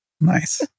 Nice